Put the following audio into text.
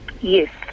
Yes